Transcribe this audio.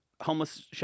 Homeless